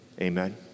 Amen